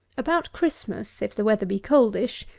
about christmas, if the weather be coldish,